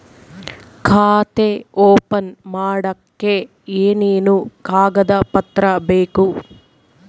ಖಾತೆ ಓಪನ್ ಮಾಡಕ್ಕೆ ಏನೇನು ಕಾಗದ ಪತ್ರ ಬೇಕು?